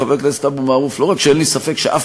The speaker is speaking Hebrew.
חבר הכנסת אבו מערוף: לא רק שאין לי ספק שאף